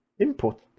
Input